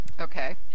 okay